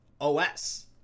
OS